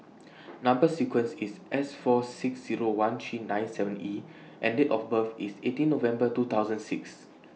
Number sequences IS S four six Zero one three nine seven E and Date of birth IS eighteen November two thousand six